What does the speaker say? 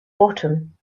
bottom